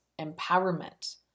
empowerment